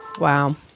Wow